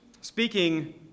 speaking